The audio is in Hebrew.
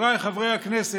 חבריי חברי הכנסת,